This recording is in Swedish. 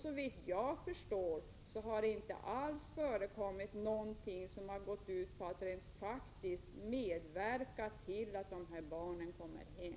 Såvitt jag förstår har det inte alls förekommit någonting som har gått ut på att verkligen bidra till att barnen kommer hem.